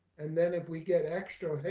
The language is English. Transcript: and then if we get extra,